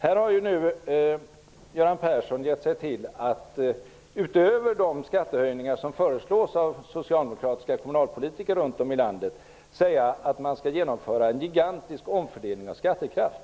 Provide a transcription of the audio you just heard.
Göran Persson har nu gett sig till att säga att man, utöver de skattehöjningar som föreslås av socialdemokratiska kommunalpolitiker runt om i landet, skall genomföra en gigantisk omfördelning av skattekraft.